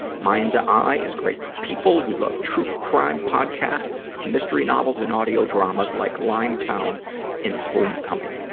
mind's ah eye is great for people who love true-crime podcasts, mystery novels, and audio dramas like limetown and homecoming.